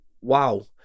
Wow